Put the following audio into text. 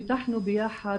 פיתחנו ביחד,